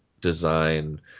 design